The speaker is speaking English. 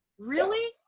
really,